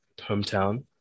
hometown